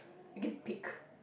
you can pick